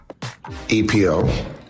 epo